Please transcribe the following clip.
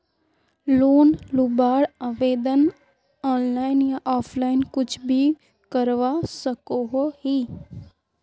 Loan लुबार आवेदन online या ऑफलाइन कुछ भी करवा सकोहो ही?